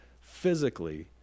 physically